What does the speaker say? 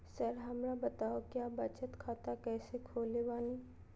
Sir हमरा बताओ क्या बचत खाता कैसे खोले बानी?